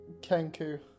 Kenku